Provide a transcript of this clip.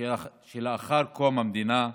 שלאחר קום המדינה,